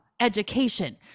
education